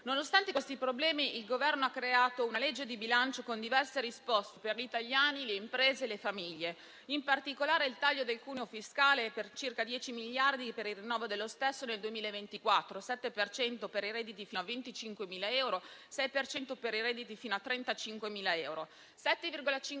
Nonostante questi problemi, il Governo ha creato una legge di bilancio con diverse risposte per gli italiani, le imprese e le famiglie, in particolare: il taglio del cuneo fiscale per circa 10 miliardi per il rinnovo dello stesso nel 2024, ossia il 7 per cento per i redditi fino a 25.000 euro, 6 per cento per i redditi fino a 35.000 euro;